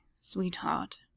sweetheart